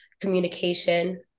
communication